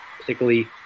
particularly